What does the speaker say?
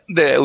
de